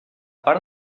part